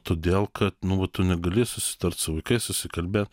todėl kad nu va tu negali susitart su vaikais susikalbėt